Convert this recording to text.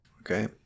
Okay